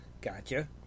Gotcha